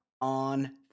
on